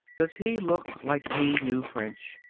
does he look like he knew french?